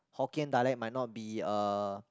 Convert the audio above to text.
Hokkien dialect might not be uh